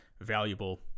valuable